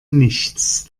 nichts